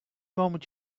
moment